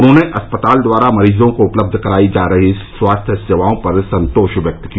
उन्होंने अस्पताल द्वारा मरीजों को उपलब्ध करायी जा रही स्वास्थ्य सेवाओं पर संतोष व्यक्त किया